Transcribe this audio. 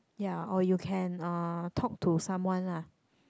ya or you can uh talk to someone lah